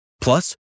Plus